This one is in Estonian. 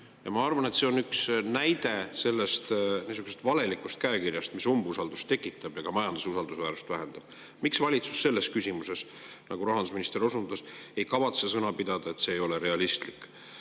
Ma arvan, et see on üks näide sellest valelikust käekirjast, mis umbusaldust tekitab ja ka majanduse usaldusväärsust vähendab. Miks valitsus selles küsimuses – nagu rahandusminister osundas – ei kavatse sõna pidada, et see ei ole realistlik? Teine